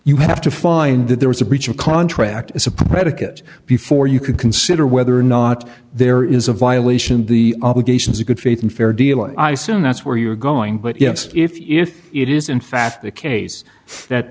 you have to find that there was a breach of contract as a predicate before you could consider whether or not there is a violation of the obligations of good faith and fair deal i assume that's where you're going but yes if it is in fact the case that